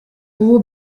ubu